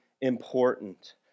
important